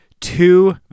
two